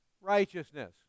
righteousness